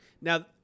Now